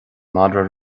madra